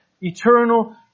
eternal